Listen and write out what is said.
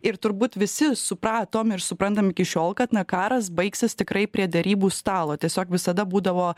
ir turbūt visi supratom ir suprantam iki šiol kad na karas baigsis tikrai prie derybų stalo tiesiog visada būdavo